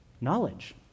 knowledge